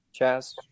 Chaz